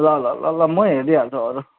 ल ल ल ल म हेरिहाल्छु अरू